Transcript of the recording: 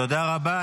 תודה רבה.